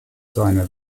seine